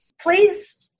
Please